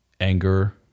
Anger